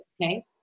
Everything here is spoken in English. okay